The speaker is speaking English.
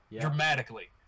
dramatically